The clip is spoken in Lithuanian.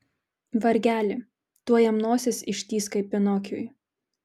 vargeli tuoj jam nosis ištįs kaip pinokiui